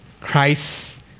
Christ